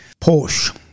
Porsche